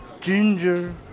ginger